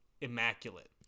immaculate